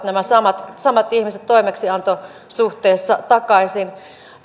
nämä samat samat ihmiset toimeksiantosuhteessa takaisin